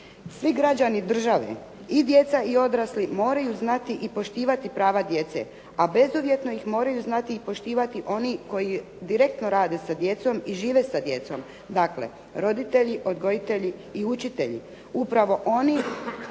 Svi građani države, i djeca i odrasli moraju znati i poštivati prava djece, a bezuvjetno ih moraju znati i poštivati oni koji direktno rade sa djecom i žive sa djecom. Dakle, roditelji, odgojitelji i učitelji. Upravo oni